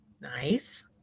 nice